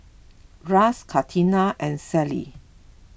Russ Catina and Sally